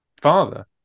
father